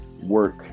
work